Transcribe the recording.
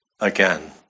again